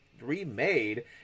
remade